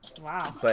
Wow